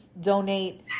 donate